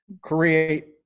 create